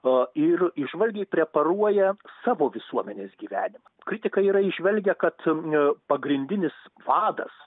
o ir įžvalgiai preparuoja savo visuomenės gyvenimą kritika yra įžvelgę kad e pagrindinis vadas